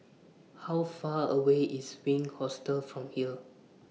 How Far away IS Wink Hostel from here